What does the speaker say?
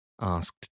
asked